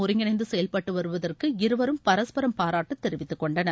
ஒருங்கிணைந்து செயல்பட்டு வருவதற்கு இருவரும் பரஸ்பரம் பாராட்டு நாடுகளும் இரு தெரிவித்துக்கொண்டனர்